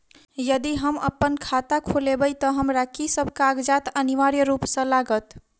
यदि हम अप्पन खाता खोलेबै तऽ हमरा की सब कागजात अनिवार्य रूप सँ लागत?